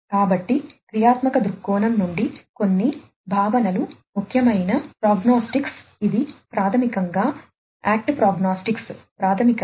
కాబట్టి క్రియాత్మక దృక్కోణం నుండి కొన్ని భావనలు ముఖ్యమైన ప్రోగ్నోస్టిక్స్ ఉపయోగించబడుతున్న ఆస్తులకు అనుగుణంగా